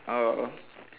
uh